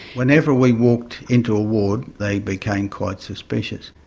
whenever we walked into a ward they became quite suspicious.